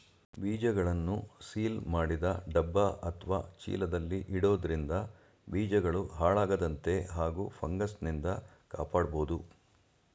ಬೀಜಗಳನ್ನು ಸೀಲ್ ಮಾಡಿದ ಡಬ್ಬ ಅತ್ವ ಚೀಲದಲ್ಲಿ ಇಡೋದ್ರಿಂದ ಬೀಜಗಳು ಹಾಳಾಗದಂತೆ ಹಾಗೂ ಫಂಗಸ್ನಿಂದ ಕಾಪಾಡ್ಬೋದು